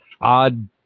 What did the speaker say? odd